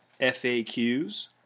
FAQs